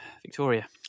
Victoria